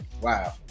wow